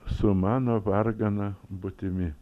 su mano vargana būtimi